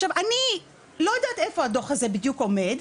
עכשיו אני לא יודעת איפה הדוח הזה בדיוק עומד,